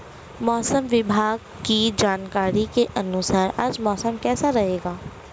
मौसम विभाग की जानकारी के अनुसार आज मौसम कैसा रहेगा?